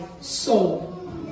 soul